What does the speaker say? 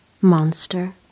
monster